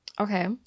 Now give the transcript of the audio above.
okay